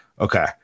okay